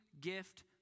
gift